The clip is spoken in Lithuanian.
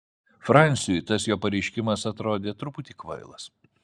franciui tas jo pareiškimas atrodė truputį kvailas